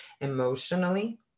emotionally